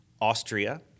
Austria